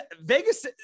Vegas